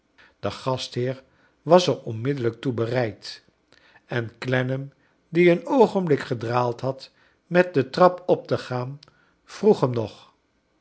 de gastheer was er onmiddellijk toe bereid en clennam die een oogenblik gedraald liad met de trap op te gaan vroeg hem nog